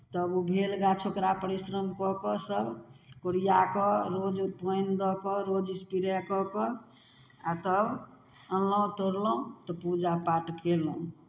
तब ओ भेल गाछ ओकरा परिश्रम कऽ कऽ सभ कोरिआ कऽ रोज पानि दऽ कऽ रोज इसपरे कऽ कऽ आ तब अनलहुँ तोड़लहुँ तऽ पूजा पाठ कयलहुँ